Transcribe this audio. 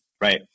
Right